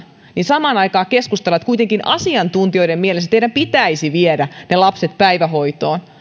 niin samaan aikaan keskustellaan siitä että kuitenkin asiantuntijoiden mielestä pitäisi viedä lapset päivähoitoon